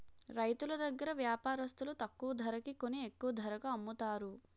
రైతులు దగ్గర వ్యాపారస్తులు తక్కువ ధరకి కొని ఎక్కువ ధరకు అమ్ముతారు